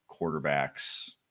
quarterbacks